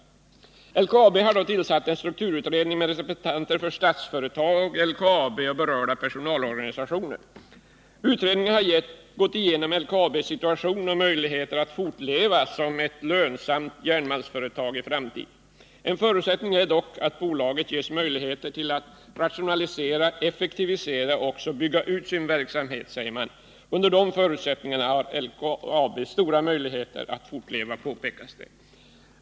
LKAB har mot denna bakgrund tillsatt en strukturutredning, med representanter för Statsföretag, LKAB och berörda personalorganisationer. Utredningen har gått igenom LKAB:s situation och möjligheter att fortleva som ett lönsamt järnmalmsföretag i framtiden. Utredningen framhåller att en förutsättning härför är att bolaget ges möjligheter att rationalisera, effektivisera och också bygga ut sin verksamhet. Under de förutsättningarna har bolaget stora möjligheter att fortleva, påpekas det.